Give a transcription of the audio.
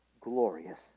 glorious